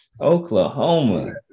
Oklahoma